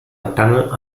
tunnel